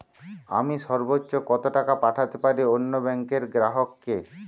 আমি সর্বোচ্চ কতো টাকা পাঠাতে পারি অন্য ব্যাংকের গ্রাহক কে?